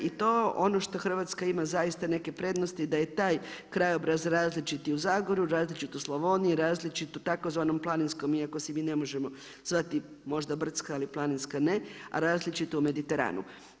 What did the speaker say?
I to je ono što Hrvatska ima zaista neke prednosti da je taj krajobraz različiti u Zagorju, različit u Slavoniji, različit u tzv. planinskom iako se mi ne možemo zvati brdska, ali planinska ne, a različito u Mediteranu.